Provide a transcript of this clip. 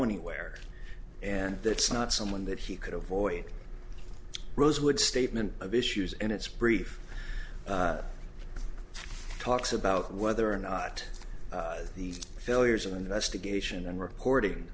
anywhere and that's not someone that he could avoid rosewood statement of issues in its brief talks about whether or not these failures in investigation and reporting